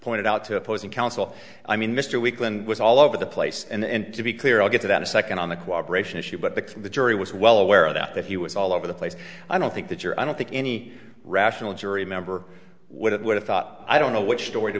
pointed out to opposing counsel i mean mr weakland was all over the place and to be clear i'll get to that a second on the cooperation issue but the the jury was well aware of that that he was all over the place i don't think that you're i don't think any rational jury member would it would have thought i don't know which story to